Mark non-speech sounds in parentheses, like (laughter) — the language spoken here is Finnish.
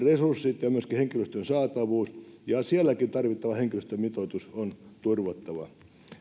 (unintelligible) resurssit ja henkilöstön saatavuus ja tarvittava henkilöstömitoitus on sielläkin turvattava